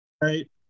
Right